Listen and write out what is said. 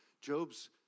Job's